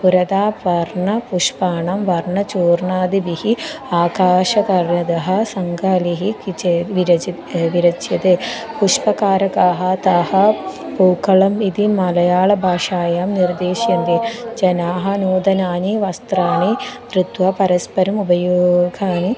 पुरतः वर्णपुष्पाणं वर्णचूर्णादिभिः आकाशकर्णतः सङ्कालिः कि चे विरचितः विराज्यन्ते पुष्पकारकाः ताः पूक्कळम् इति मलयाळभाषायां निर्देश्यन्ते जनाः नूतनानि वस्त्राणि धृत्वा परस्परम् उपयोगानि